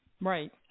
Right